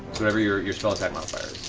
whatever your your spell attack modifier